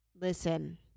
listen